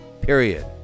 period